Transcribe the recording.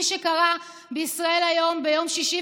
מי שקרא בישראל היום ביום שישי,